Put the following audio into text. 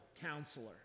Counselor